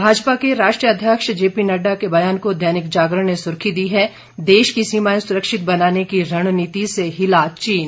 भाजपा के राष्ट्रीय अध्यक्ष जेपी नड्डा के बयान को दैनिक जागरण ने सुर्खी दी है देश की सीमाएं सुरक्षित बनाने की रणनीति से हिला चीन